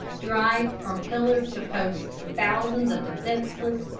drive from pillar to post thousands of defenceless,